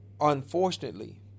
unfortunately